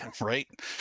Right